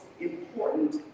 important